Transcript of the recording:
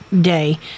day